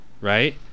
right